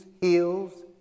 heals